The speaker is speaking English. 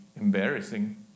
embarrassing